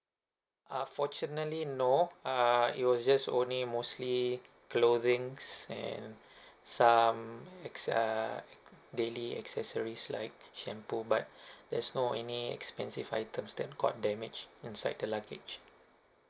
uh fortunately no uh it was just only mostly clothings and some acc~ uh daily accessories like shampoo but there's no any expensive items that got damaged inside the luggage